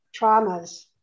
traumas